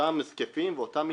אותם מזקפים ואותן המיטות,